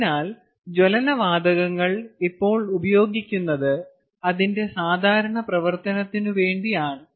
അതിനാൽ ജ്വലന വാതകങ്ങൾ ഇപ്പോൾ ഉപയോഗിക്കുന്നത് അതിന്റെ സാധാരണ പ്രവർത്തനത്തിനുവേണ്ടിയാണ്